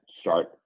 start